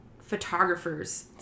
photographers